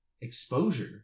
exposure